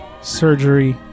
surgery